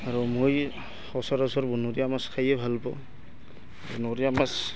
আৰু মই সচৰাচৰ বনৰীয়া মাছ খায়েই ভাল পাওঁ বনৰীয়া মাছ